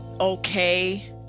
okay